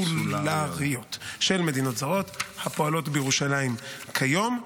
קונסולריות של מדינות זרות הפועלות בירושלים כיום.